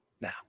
Now